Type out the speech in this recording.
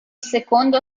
secondo